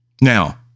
Now